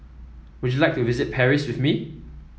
would you like to visit Paris with me